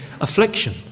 affliction